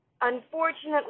unfortunately